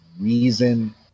reason